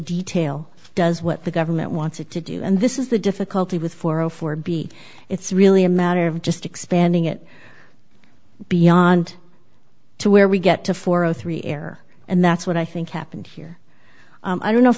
detail does what the government wants it to do and this is the difficulty with four o four b it's really a matter of just expanding it beyond to where we get to four hundred and three air and that's what i think happened here i don't know if